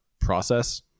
process